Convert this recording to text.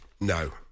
No